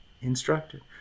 Instructed